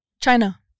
China